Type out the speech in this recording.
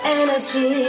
energy